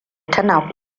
tana